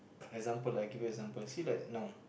example like I give you example see like now